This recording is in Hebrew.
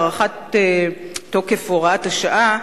הארכת תוקף הוראת השעה,